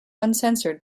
uncensored